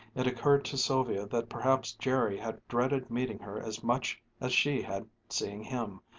it occurred to sylvia that perhaps jerry had dreaded meeting her as much as she had seeing him.